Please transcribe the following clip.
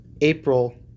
April